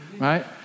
Right